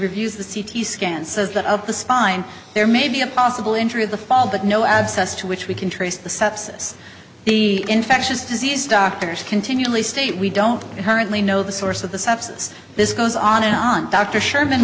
the c t scan says that up the spine there may be a possible injury of the fall but no abscess to which we can trace the sepsis the infectious disease doctors continually state we don't currently know the source of the substance this goes on and on dr sherman